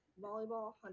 volleyball